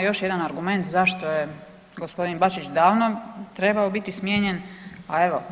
Još jedan argument zašto je gospodin Bačić davno trebao biti smijenjen, a evo